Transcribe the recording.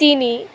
তিনি